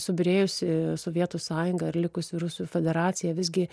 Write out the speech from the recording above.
subyrėjusi sovietų sąjunga ir likusi rusų federacija visgi